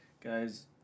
guys